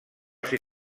ser